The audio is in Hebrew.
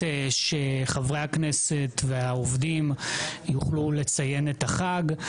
שחברי הכנסת והעובדים יוכלו לציין את החג.